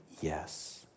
yes